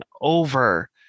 over